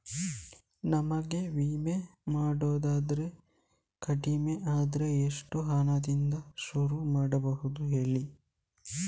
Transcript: ನಮಗೆ ವಿಮೆ ಮಾಡೋದಾದ್ರೆ ಕಡಿಮೆ ಅಂದ್ರೆ ಎಷ್ಟು ಹಣದಿಂದ ಶುರು ಮಾಡಬಹುದು ಹೇಳಿ